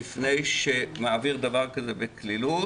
לפני שהייתי מעביר דבר כזה בקלילות,